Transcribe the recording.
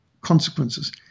consequences